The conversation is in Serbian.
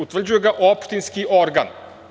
Utvrđuje ga opštinski organ.